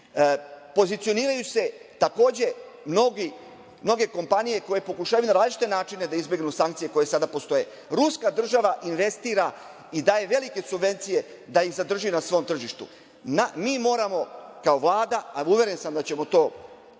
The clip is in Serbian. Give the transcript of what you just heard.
propustili. Pozicioniraju se, takođe mnoge kompanije koje pokušavaju na različite načine da izbegnu sankcije koje sada postoje. Ruska država investira i daje velike subvencije da ih zadrži na svom tržištu. Mi moramo, kao Vlada, a uveren sam da ćemo to uspeti,